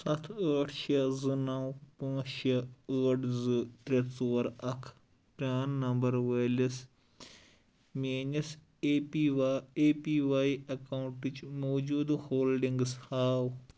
سَتھ ٲٹھ شےٚ زٕنَو پانٛژھ شےٚ ٲٹھ زٕ ترٛےٚ ژور اَکھ پران نمبر وٲلِس میٛٲنِس اےٚ پی وا وائی اَکاؤنٹٕچ موٗجوٗدٕ ہولڈِنگٕز ہاو